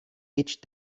each